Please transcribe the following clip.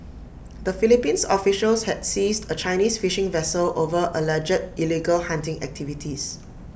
the Philippines officials had seized A Chinese fishing vessel over alleged illegal hunting activities